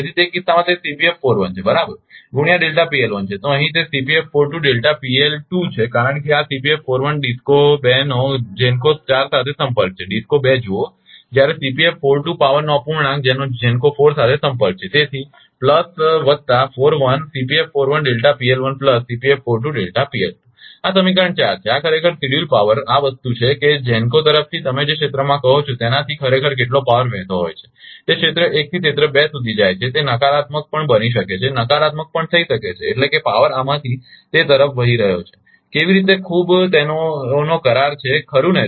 તેથી તે કિસ્સામાં તે છે બરાબર ગુણ્યા છે તો અહીં તે છે કારણ કે આ DISCO 2 નો GENCO 4 સાથે સંપર્ક છે DISCO 2 જુઓ જ્યારે પાવરનો અપૂર્ણાંક જેનો GENCO 4 સાથે સંપર્ક છે તેથી વત્તા 41plus આ સમીકરણ 4 છે આ ખરેખર શેડ્યૂલ પાવર આ વસ્તુ છે કે GENCO તરફથી તમે જે ક્ષેત્રમાં કહો છો તેનાથી ખરેખર કેટલો પાવર વહેતો હોય છે તે ક્ષેત્ર 1 થી ક્ષેત્ર 2 સુધી જાય છે તે નકારાત્મક પણ બની શકે છે નકારાત્મક પણ થઈ શકે છે એટલે કે પાવર આમાંથી તે તરફ વહી રહ્યો છે કેવી રીતે ખૂબ તેઓનો કરાર છે ખરુ ને